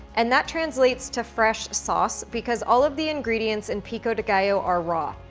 and that translates to fresh sauce because all of the ingredients in pico de gallo are raw.